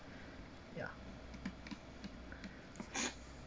ya